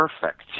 perfect